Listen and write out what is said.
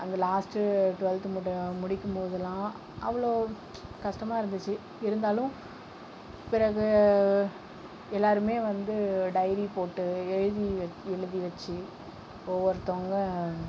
அந்த last twelfth முடிக்கும் போதெல்லாம் அவ்வளோ கஷ்டமாக இருந்துச்சு இருந்தாலும் பிறகு எல்லாருமே வந்து டைரி போட்டு எழுதி வச்சு ஒவ்வொருத்தவங்கள்